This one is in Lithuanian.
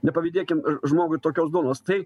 nepavydėkim žmogui tokios duonos tai